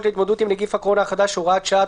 להתמודדות עם נגיף הקורונה החדש (הוראת שעה),